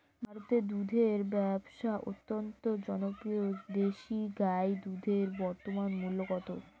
ভারতে দুধের ব্যাবসা অত্যন্ত জনপ্রিয় দেশি গাই দুধের বর্তমান মূল্য কত?